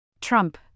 Trump